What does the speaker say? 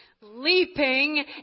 leaping